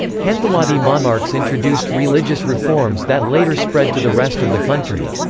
hanthawaddy monarchs introduced religious reforms that later spread to the rest of the country.